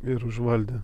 ir užvaldė